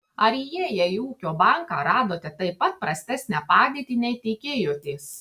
ar įėję į ūkio banką radote taip pat prastesnę padėtį nei tikėjotės